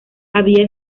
había